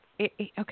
okay